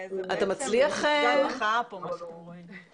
אני מברך מאוד על הישיבה הכול כך חשובה הזאת ואני גם סומך